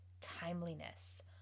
timeliness